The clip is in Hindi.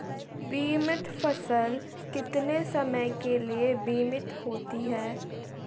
बीमित फसल कितने समय के लिए बीमित होती है?